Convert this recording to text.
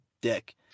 dick